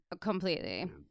Completely